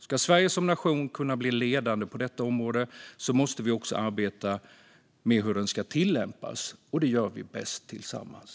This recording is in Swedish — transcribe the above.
Ska Sverige som nation kunna bli ledande på detta område måste vi också arbeta med hur detta ska tillämpas, och det gör vi bäst tillsammans.